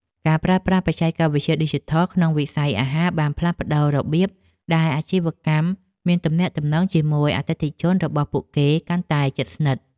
ការប្រើប្រាស់បច្ចេកវិទ្យាឌីជីថលក្នុងវិស័យអាហារបានផ្លាស់ប្តូររបៀបដែលអាជីវកម្មមានទំនាក់ទំនងជាមួយអតិថិជនរបស់ពួកគេកាន់តែជិតស្និទ្ធ។